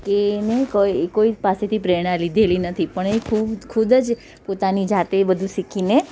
કે એનું કોઈ કોઈ પાસેથી પ્રેરણા લીધેલી નથી પણ એ ખુદ ખુદ જ પોતાની જાતે બધું શીખીને